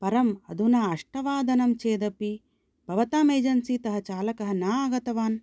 परम् अधुना अष्टवादनं चेदपि भवताम् एजन्सि तः चालकः न आगतवान्